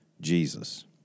Jesus